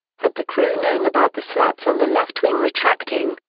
had the crew known about the slats on the left wing retracting,